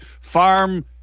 Farm